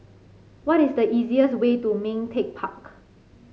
what is the easiest way to Ming Teck Park